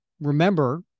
remember